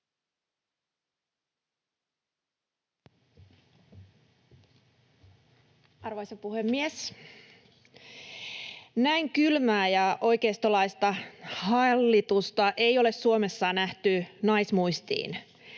Arvoisa puhemies! Näin kylmää ja oikeistolaista hallitusta ei ole Suomessa nähty naismuistiin.